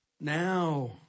Now